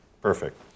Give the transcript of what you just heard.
perfect